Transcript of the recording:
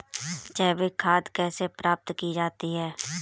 जैविक खाद कैसे प्राप्त की जाती है?